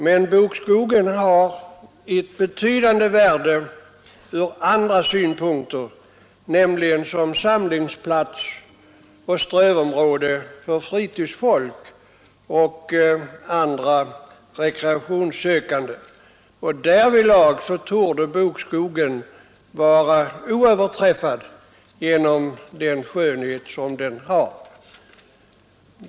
Men bokskogen har ett betydande värde från andra synpunkter, nämligen såsom samlingsplats och strövområde för fritidsfolk och andra rekreationssökande. Därvidlag torde bokskogen var oöverträffad genom sin skönhet.